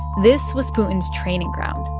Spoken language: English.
this was putin's training ground.